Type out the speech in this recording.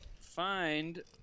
find